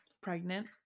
pregnant